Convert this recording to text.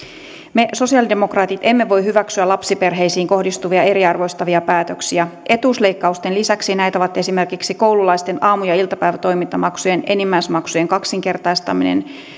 me sosialidemokraatit emme voi hyväksyä lapsiperheisiin kohdistuvia eriarvoistavia päätöksiä etuusleikkausten lisäksi näitä ovat esimerkiksi koululaisten aamu ja iltapäivätoimintamaksujen enimmäismaksujen kaksinkertaistaminen